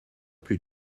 plus